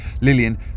Lillian